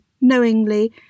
knowingly